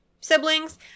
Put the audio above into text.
siblings